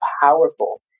powerful